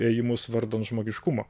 ėjimus vardan žmogiškumo